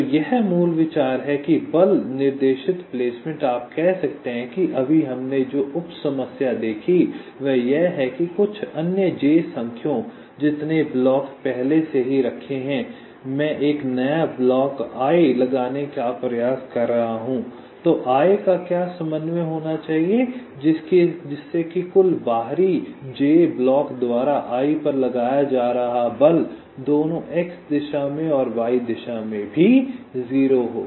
तो यह मूल विचार है कि बल निर्देशित प्लेसमेंट आप कह सकते हैं कि अभी हमने जो उप समस्या देखी थी वह यह है कि कुछ अन्य j संख्यों जितने ब्लॉक पहले से ही रखे हैं मैं एक नया ब्लॉक i लगाने का प्रयास कर रहा हूँ तो i का क्या समन्वय होना चाहिए जिससे कि कुल बल बाहरी j ब्लॉक द्वारा i पर लगाया जा रहा बल दोनों x दिशा में और y दिशा में भी 0 हो